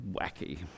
wacky